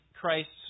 Christ's